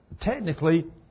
Technically